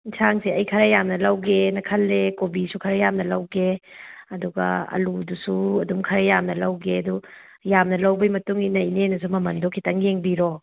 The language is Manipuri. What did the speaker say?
ꯏꯟꯁꯥꯡꯁꯦ ꯑꯩ ꯈꯔ ꯌꯥꯝꯅ ꯂꯧꯒꯦꯅ ꯈꯜꯂꯦ ꯀꯣꯕꯤꯁꯨ ꯈꯔ ꯌꯥꯝꯅ ꯂꯧꯒꯦ ꯑꯗꯨꯒ ꯑꯂꯨꯗꯨꯁꯨ ꯑꯗꯨꯝ ꯈꯔ ꯌꯥꯝꯅ ꯂꯧꯒꯦ ꯑꯗꯨ ꯌꯥꯝꯅ ꯂꯧꯕꯒꯤ ꯃꯇꯨꯡ ꯏꯟꯅ ꯏꯅꯦꯅꯁꯨ ꯃꯃꯟꯗꯨ ꯈꯤꯇꯪ ꯌꯦꯡꯕꯤꯔꯣ